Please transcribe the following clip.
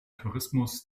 tourismus